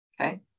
Okay